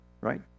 right